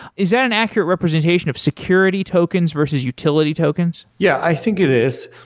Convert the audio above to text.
is that an accurate representation of security tokens versus utility tokens? yeah, i think it is.